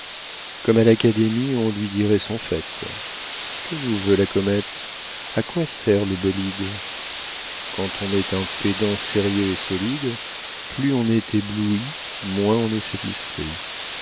comme à l'académie on lui dirait son fait que nous veut la comète à quoi sert le bolide quand on est un pédant sérieux et solide plus on est ébloui moins on est satisfait